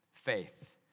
faith